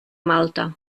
malta